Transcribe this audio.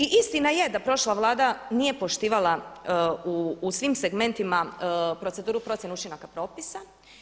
I istina je da prošla Vlada nije poštivala u svim segmentima proceduru procjene učinaka propisa.